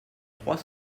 trois